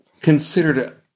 considered